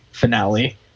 finale